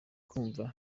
kumva